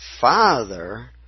father